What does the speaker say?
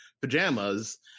pajamas